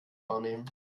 wahrnehmen